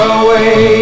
away